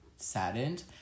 Saddened